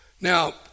Now